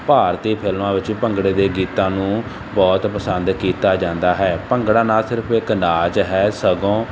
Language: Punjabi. ਭਾਰਤੀ ਫਿਲਮਾਂ ਵਿੱਚ ਭੰਗੜੇ ਦੇ ਗੀਤਾਂ ਨੂੰ ਬਹੁਤ ਪਸੰਦ ਕੀਤਾ ਜਾਂਦਾ ਹੈ ਭੰਗੜਾ ਨਾ ਸਿਰਫ਼ ਇੱਕ ਨਾਚ ਹੈ ਸਗੋਂ